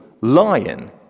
lion